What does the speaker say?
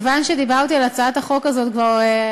מכיוון שכבר דיברתי על הצעת החוק הזאת השבוע,